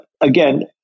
Again